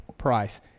price